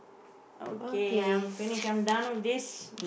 okay I'm finished I'm done with this